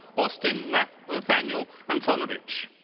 austyn nathanial antonowicz.